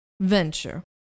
venture